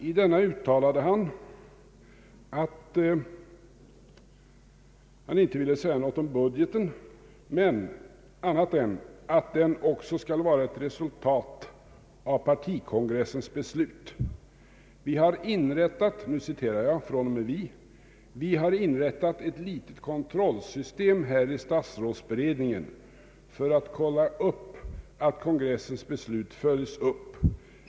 I denna uttalade han att han inte ville säga något om budgeten annat än att den också skall vara ett resultat av partikongressens beslut. ”Vi har inrättat ett litet kontrollsystem här i statsrådsberedningen för att kolla att kongressens beslut följs upp.